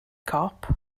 cop